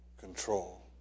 control